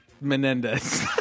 Menendez